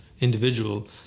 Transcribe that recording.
individual